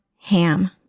Ham